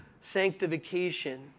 sanctification